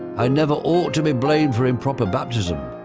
i never ought to be blamed for improper baptism,